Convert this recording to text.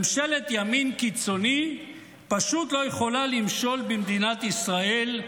ממשלת ימין קיצוני פשוט לא יכולה למשול במדינת ישראל.